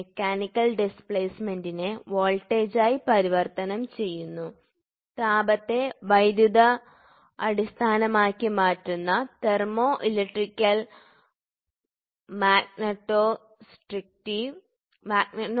mechanical ഡിസ്പ്ലേസ്മെന്റിനെ വോൾട്ടേജായി പരിവർത്തനം ചെയ്യുന്നു താപത്തെ വൈദ്യുത അടിസ്ഥാനമാക്കി മാറ്റുന്ന തെർമോ ഇലക്ട്രിക്കൽ മാഗ്നെറ്റോസ്ട്രിക്റ്റീവ്